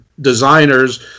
designers